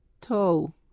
toe